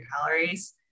calories